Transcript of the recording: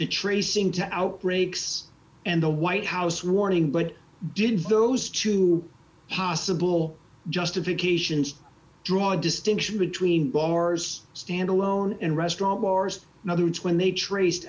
the tracing to outbreaks and the white house warning but did those two possible justifications draw a distinction between bars standalone and restaurant bars in other words when they traced